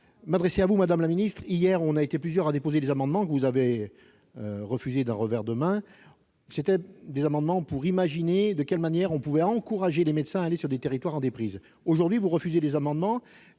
rien à redire. Madame la ministre, nous avons été plusieurs à déposer des amendements que vous avez refusés d'un revers de main ; il s'agissait d'imaginer de quelle manière on pouvait encourager les médecins à s'installer sur des territoires en déprise. Aujourd'hui, vous refusez des amendements